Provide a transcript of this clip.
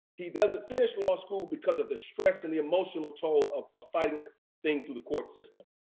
he doesn't finish law school because of the stress and the emotional toll of ah filing this thing to the court system.